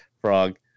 frog